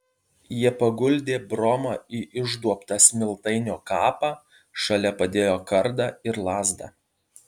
jie paguldė bromą į išduobtą smiltainio kapą šalia padėjo kardą ir lazdą